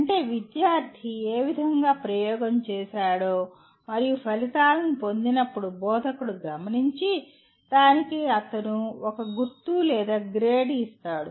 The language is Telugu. అంటే విద్యార్థి ఏ విధంగా ప్రయోగం చేశాడో మరియు ఫలితాలను పొందినప్పుడు బోధకుడు గమనించి దానికి అతను ఒక గుర్తు లేదా గ్రేడ్ ఇస్తాడు